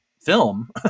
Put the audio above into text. film